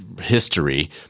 history